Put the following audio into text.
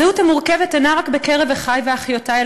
הזהות המורכבת אינה רק בקרב אחי ואחיותי,